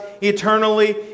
eternally